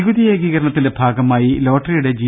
നികുതി ഏകീകരണത്തിന്റെ ഭാഗമായി ലോട്ടറിയുടെ ജി